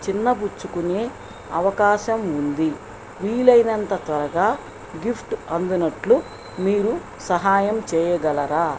చిన్నబుచ్చుకునే అవకాశం ఉంది వీలైనంత త్వరగా గిఫ్ట్ అందినట్లు మీరు సహాయం చెయ్యగలరా